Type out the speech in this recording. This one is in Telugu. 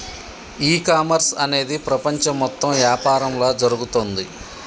ఈ కామర్స్ అనేది ప్రపంచం మొత్తం యాపారంలా జరుగుతోంది